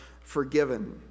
forgiven